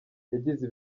yagize